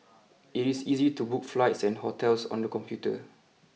it is easy to book flights and hotels on the computer